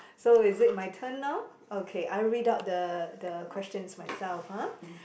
so is it my turn now okay I read out the the questions myself ha